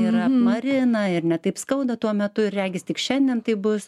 yra marina ir ne taip skauda tuo metu ir regis tik šiandien taip bus